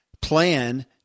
plan